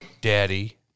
Daddy